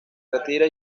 retira